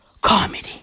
comedy